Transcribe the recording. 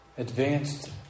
advanced